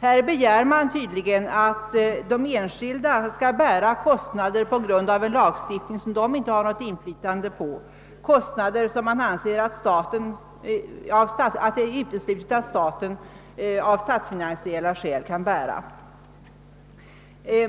Man begär tydligen att enskilda skall bära kostnader som uppstår till följd av en lagstiftning som de inte har något inflytande på och som det av statsfinansiella skäl är uteslutet att staten kan bära.